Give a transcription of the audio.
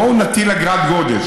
בואו נטיל אגרת גודש.